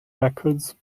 records